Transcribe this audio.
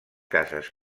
cases